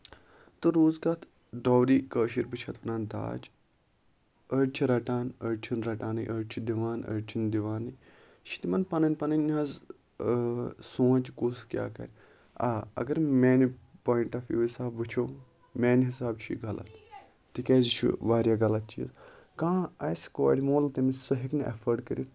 تہٕ روٗز کَتھ ڈوری کٲشِر پٲٹھۍ چھِ اَتھ وَنان دَاج أڑۍ چھِ رَٹان أڑۍ چھِنہٕ رَٹانٕے أڑۍ چھِ دِوان أڑۍ چھِنہٕ دِوانٕے یہِ چھِ تِمن پَنٕنۍ پَنٕنۍ حظ سونچ کُس کیاہ کرِ آ اَگر میٲنہِ پوٚیِنٹ آف ویو حساب وُچھو میٲنہِ حِسابہٕ چھُ یہِ غلط تِکیازِ یہِ چھُ واریاہ غلط یہِ چیٖز کانٛہہ آسہِ کورِ مول سُہ ہٮ۪کہِ نہٕ اٮ۪فٲڑ کٔرِتھ